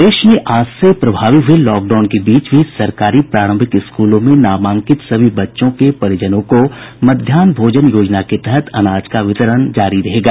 प्रदेश में आज से प्रभावी हये लॉकडाउन के बीच भी सरकारी प्रारंभिक स्कूलों में नामांकित सभी बच्चों के परिजनों को मध्याहन भोजन योजना के तहत अनाज का वितरण जारी रहेगा